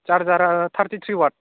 चारजारआ थारटिथ्रि वाट